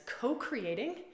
Co-creating